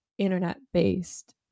internet-based